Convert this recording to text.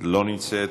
אינה נוכחת,